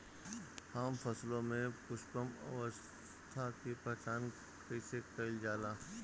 हम फसलों में पुष्पन अवस्था की पहचान कईसे कईल जाला?